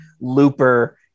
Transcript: looper